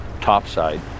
topside